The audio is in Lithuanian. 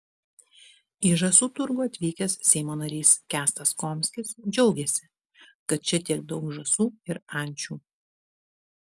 į žąsų turgų atvykęs seimo narys kęstas komskis džiaugėsi kad čia tiek daug žąsų ir ančių